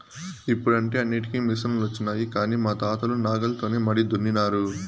ఇప్పుడంటే అన్నింటికీ మిసనులొచ్చినాయి కానీ మా తాతలు నాగలితోనే మడి దున్నినారు